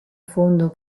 fondo